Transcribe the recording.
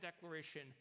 declaration